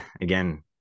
again